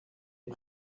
est